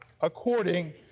according